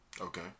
Okay